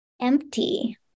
empty